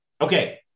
Okay